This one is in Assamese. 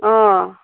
অ